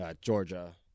Georgia